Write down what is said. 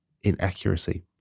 inaccuracy